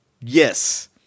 Yes